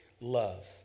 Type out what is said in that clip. love